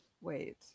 Wait